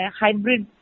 hybrid